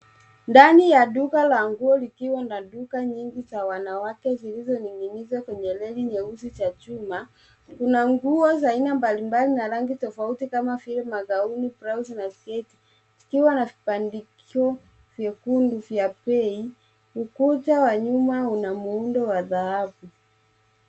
Ndani ya duka la nguo likiwa na duka nyingi za wanawake zilizoning'inizwa kwenye reli nyeusi za chuma. Kuna nguo za aina mbalimbali na rangi tofauti kama vile magauni, blauzi na sketi vikiwa na vibandikio vyekundu vya bei. Ukuta wa nyuma una muundo wa dhahabu.